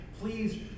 Please